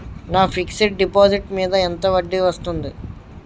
నా fixed deposit మీద ఎంత వడ్డీ వస్తుంది?